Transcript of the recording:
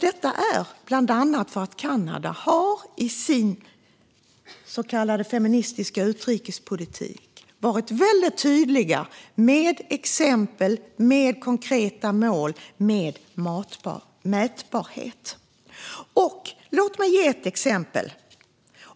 Det är bland annat för att Kanada i sin så kallade feministiska utrikespolitik har varit tydligt med exempel, konkreta mål och mätbarhet. Låt mig ge ett par exempel.